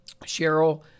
Cheryl